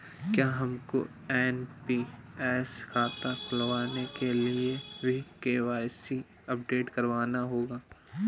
क्या हमको एन.पी.एस खाता खुलवाने के लिए भी के.वाई.सी अपडेट कराना होगा?